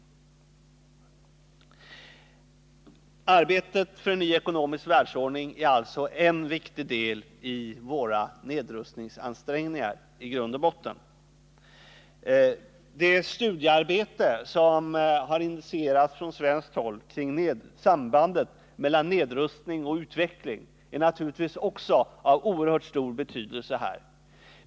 Arbetet för en ny ekonomisk världsordning är alltså en viktig del av våra nedrustningsansträngningar. Det studiearbete som har initierats från svenskt håll kring sambandet mellan nedrustning och utveckling är naturligtvis av oerhört stor betydelse.